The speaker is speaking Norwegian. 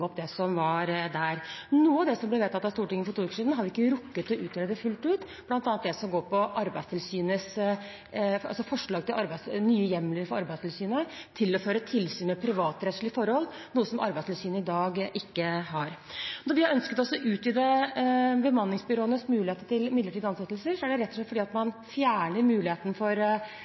opp det som ble vedtatt da. Noe av det som ble vedtatt av Stortinget for to uker siden, har vi ikke rukket å utrede fullt ut, bl.a. det som handler om nye hjemler for Arbeidstilsynet til å føre tilsyn med privatrettslige forhold, noe som Arbeidstilsynet i dag ikke har. Når vi har ønsket å utvide bemanningsbyråenes mulighet til midlertidige ansettelser, er det rett og slett fordi man fjerner muligheten for